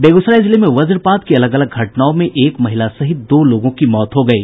बेगूसराय जिले में वज्रपात की अलग अलग घटनाओं में एक महिला सहित दो लोगों की मौत हो गयी